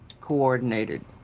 coordinated